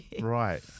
Right